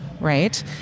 right